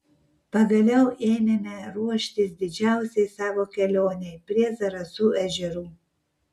pagaliau ėmėme ruoštis didžiausiai savo kelionei prie zarasų ežerų